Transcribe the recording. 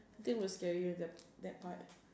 I think was scary at that that part